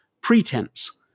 pretense